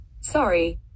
Sorry